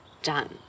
done